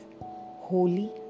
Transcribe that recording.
holy